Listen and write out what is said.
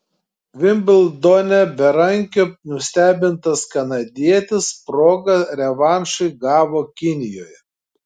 vimbldone berankio nustebintas kanadietis progą revanšui gavo kinijoje